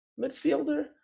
midfielder